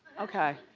okay,